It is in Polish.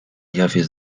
jawie